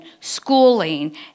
schooling